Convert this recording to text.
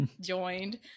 joined